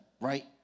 Right